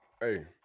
hey